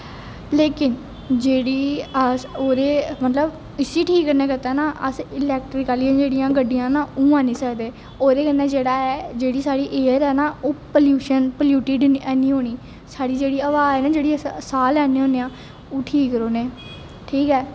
लेकिन जेह्ड़ी अस ओह्दे मतलब इसी ठीक करने गित्तै ना अस जेह्ड़ियां इलैक्ट्रिकल आलियां जेह्ड़ियां गड्डियां न ओह् आह्नी सकदे ओह्दे कन्नै साढ़ी जेह्ड़े ऐ जेह्ड़ी साढ़ी एयर ऐ ना ओह् प्लयूशन प्लयूटिड हैनी होनी साढ़ी जेह्ड़ी हवा ऐ ना जेह्ड़ा अस साह् लैन्ने होन्ने आं ओह् ठीक रौह्ने ठीक ऐ